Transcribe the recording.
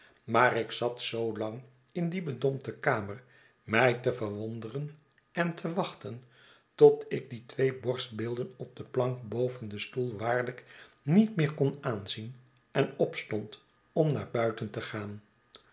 maar ik zat zoo lang in die bedompte kamer mij te verwonderen en te wachten tot ik die twee borstbeelden op de plank boven den stoel waarltjk niet meer kon aanzien en opstond om naar buiten te gaan